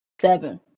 seven